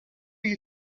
you